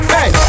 Hey